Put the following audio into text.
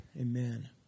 Amen